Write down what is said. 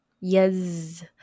yes